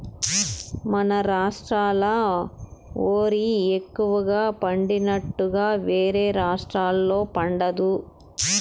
మన రాష్ట్రాల ఓరి ఎక్కువగా పండినట్లుగా వేరే రాష్టాల్లో పండదు